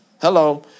Hello